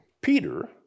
Peter